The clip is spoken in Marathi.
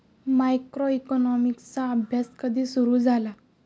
मायक्रोइकॉनॉमिक्सचा अभ्यास कधी सुरु झाला?